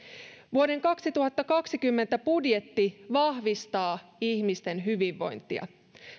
vuoden kaksituhattakaksikymmentä budjetti vahvistaa ihmisten hyvinvointia